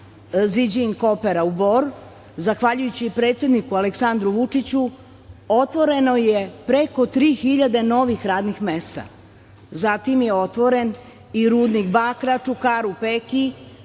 „Ziđin Kopera“ u Bor, zahvaljujući predsedniku Aleksandru Vučiću, otvoreno je preko 3.000 novih radnih mesta, zatim je otvoren i rudnik bakra i zlata „Čukaru Peki“